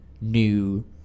new